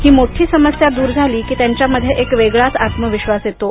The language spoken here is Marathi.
ही मोठी समस्या दूर झाली की त्यांच्यामध्ये एक वेगळाच आत्मविश्वास येतो